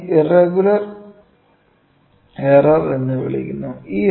ഇതിനെ irregular error എന്ന് വിളിക്കുന്നു